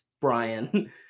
Brian